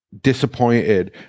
disappointed